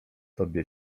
tobie